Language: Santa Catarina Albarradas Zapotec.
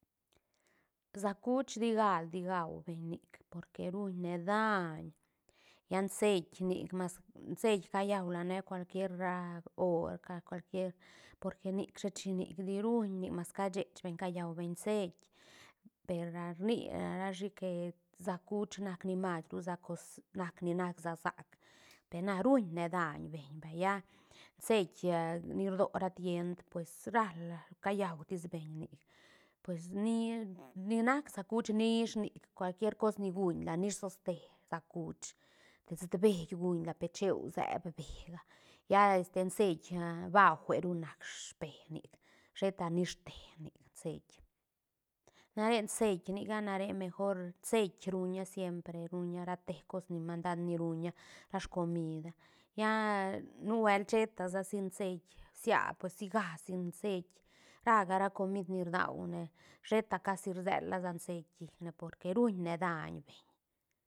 Sä kuch di galdi gau beñ nic porque ruñne daiñ lla ceit nic mas ceit callau lane cualquier ra- or ca- cual quier porque nic shet shi nic di ruñ nic mas casech beñ callau beñ ceit per ra rni rashi que sä kuch nac ni masru sa cos nac ni nac sä sac per na ruñne dañ beñ vay lla ceit ni rdo ra tiend pues ral callau tisbeñ nic pues ni- ni nac sä kuch nish nic cual quier cos ni guñla nish toste sä kuch te sutbeï guñla pe cheu seeb bega lla este ceit bajueru nac spe nic sheta nishte nic ceit na re ceit ni ca na re mejor ceit ruña siempre ruña rate cos ni mandad ni ruña ra scomida lla nu huelt sheta sa sin ceit bsia pues si ga sin ceit ra ca ra comid ni rdaune sheta casi rselasa ceit llicne porque ruñne daiñ beñ.